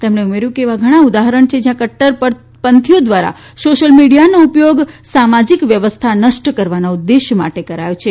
તેમણે ઉમેર્યુ કે એવા ઘણા ઉદાહરણ છે જયાં કટ્ટરપંથીઓ ધ્વારા સોશ્યલ મીડીયાનો ઉપયોગ સામાજીક વ્યવસ્થા નષ્ટ કરવાના ઉદ્દેશ માટે કરાયો છે